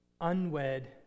unwed